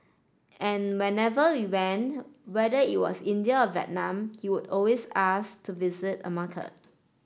and whenever we went whether it was India or Vietnam he would always ask to visit a market